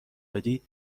بدی